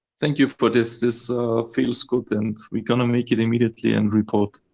thank you for this. this feels good. and we're going to make it immediately and report.